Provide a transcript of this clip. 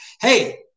hey